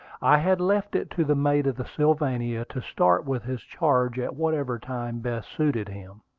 i had left it to the mate of the sylvania to start with his charge at whatever time best suited him.